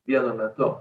vienu metu